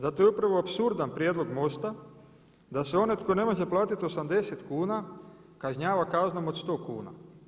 Zato je upravo apsurdan prijedlog MOST-a da se onaj tko ne može platiti 80 kn kažnjava kaznom od 100 kuna.